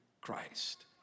Christ